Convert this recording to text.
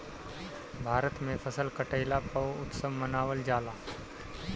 भारत में फसल कटईला पअ उत्सव मनावल जाला